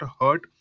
hurt